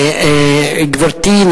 גברתי,